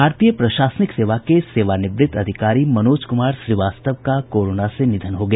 भारतीय प्रशासनिक सेवा के सेवानिवृत्त अधिकारी मनोज कूमार श्रीवास्तव का कोरोना से निधन हो गया